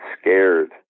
scared